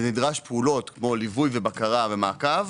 נדרש פעולות כמו ליווי ובקרה ומעקב.